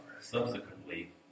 subsequently